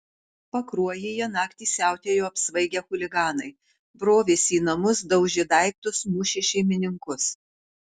pakruojyje naktį siautėjo apsvaigę chuliganai brovėsi į namus daužė daiktus mušė šeimininkus